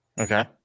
Okay